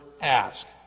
ask